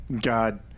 God